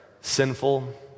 sinful